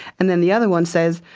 and then the other one says,